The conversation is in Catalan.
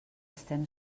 estem